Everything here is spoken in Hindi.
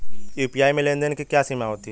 यू.पी.आई में लेन देन की क्या सीमा होती है?